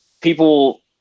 People